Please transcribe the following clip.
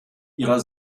ihrer